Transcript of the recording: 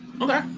Okay